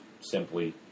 simply